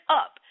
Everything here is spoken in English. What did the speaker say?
up